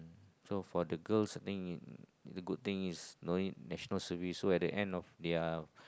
so for the girls being in the good thing is no need National Service so at the end of their